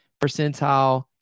percentile